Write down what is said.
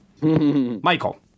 Michael